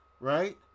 right